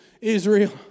Israel